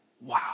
wow